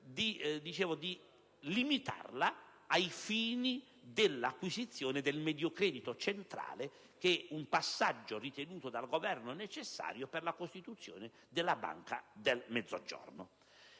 per limitarla ai fini dell'acquisizione del Mediocredito Centrale, passaggio ritenuto dal Governo necessario per la costituzione della Banca del Mezzogiorno.